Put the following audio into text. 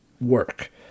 work